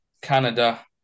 Canada